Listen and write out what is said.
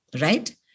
right